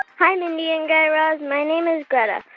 hi, mindy and guy raz. my name is greta.